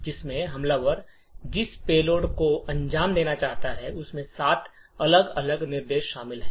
जिसमें हमलावर जिस पेलोड को अंजाम देना चाहता है इसमें 7 अलग अलग निर्देश शामिल हैं